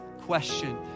question